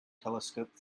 telescope